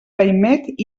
raïmet